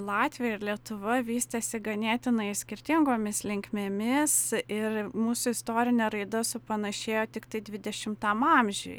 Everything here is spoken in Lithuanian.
latvija ir lietuva vystėsi ganėtinai skirtingomis linkmėmis ir mūsų istorinė raida supanašėjo tiktai dvidešimtam amžiuj